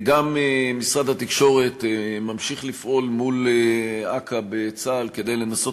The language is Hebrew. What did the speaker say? גם משרד התקשורת ממשיך לפעול מול אכ"א בצה"ל כדי לנסות